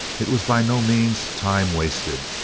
it was by no means time wasted.